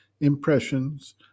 impressions